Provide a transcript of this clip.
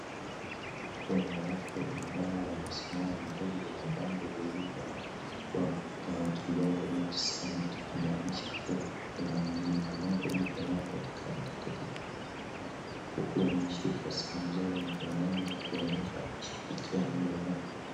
Kuna watu ambao wamesimama mbele ya bango lililoandikwa Mount Longonot Summit kumaanisha kuwa kuna Mlima Longonot unaopatikana katika eneo hili huku wameshika simu zao mikononi na kuonyesha ushirikiano baina yao.